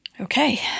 Okay